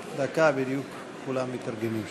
לפני תחילת הדיון, אני רוצה רק, אפילו בנימה של